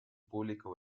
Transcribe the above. público